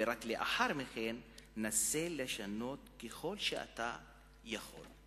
ורק לאחר מכן תנסה לשנות ככל שאתה יכול.